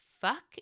fuck